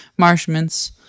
Marshmints